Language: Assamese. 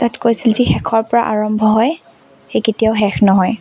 তাত কৈছিল যে শেষৰ পৰা আৰম্ভ হয় সি কেতিয়াও শেষ নহয়